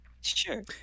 Sure